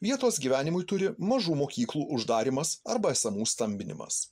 vietos gyvenimui turi mažų mokyklų uždarymas arba esamų stambinimas